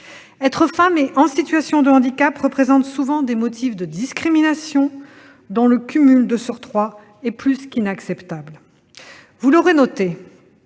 Être femme et être en situation de handicap représentent souvent des motifs de discrimination, dont le cumul est plus qu'inacceptable. Vous l'aurez noté,